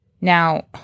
Now